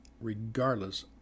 regardless